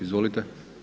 Izvolite.